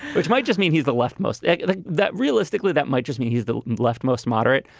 which might just mean he's the left most like like that realistically that might just mean he's the left most moderate.